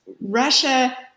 Russia